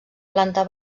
planta